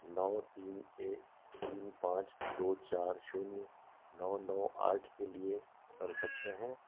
नौ तीन एक तीन पाँच दो चार शून्य नौ नौ आठ के लिए कर सकते हैं